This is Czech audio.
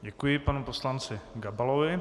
Děkuji panu poslanci Gabalovi.